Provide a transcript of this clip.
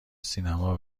سینما